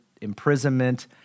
imprisonment